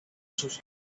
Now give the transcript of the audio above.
sus